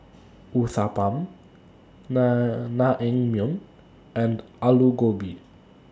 Uthapam Naengmyeon and Alu Gobi